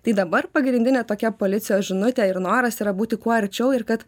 tai dabar pagrindinė tokia policijos žinutė ir noras yra būti kuo arčiau ir kad